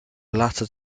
latter